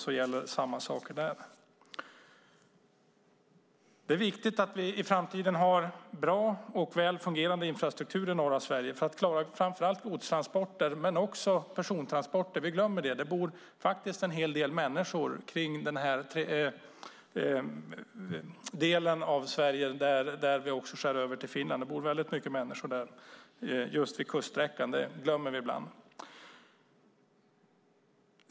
Samma sak gäller. Det är viktigt att vi i framtiden har bra och väl fungerande infrastruktur i norra Sverige för att klara framför allt godstransporter men också persontransporter. Vi glömmer det ibland, men det bor faktiskt väldigt mycket människor i den här delen av Sverige, vid kuststräckan där vi också skär över till Finland. Herr talman!